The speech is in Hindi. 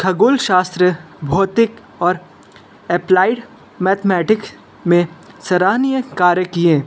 खगोल शास्त्र भौतिक और एप्प्लाइड मैथमैटिक में सराहनीय कार्य किए